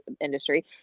industry